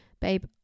Babe